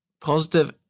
positive